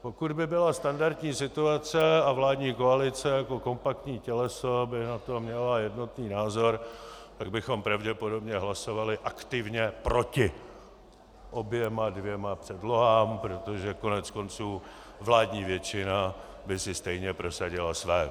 Pokud by byla standardní situace a vládní koalice jako kompaktní těleso by na to měla jednotný názor, tak bychom pravděpodobně hlasovali aktivně proti oběma dvěma předlohám, protože koneckonců vládní většina by si stejně prosadila své.